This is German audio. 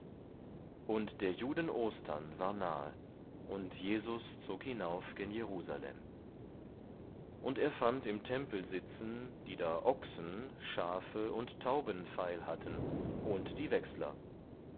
und der juden ostern war nahe und jesus zog hinauf gen jerusalem und er fand im tempel sitzen die da ochsen schafe und tauben feil hatten und die wechsler